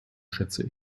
schätze